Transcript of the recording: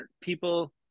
people